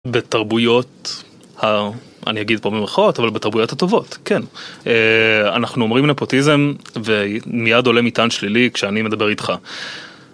בתרבויות, אני אגיד פה במרכאות, אבל בתרבויות הטובות, כן. אנחנו אומרים נפוטיזם ומיד עולה מטען שלילי כשאני מדבר איתך.